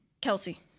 Kelsey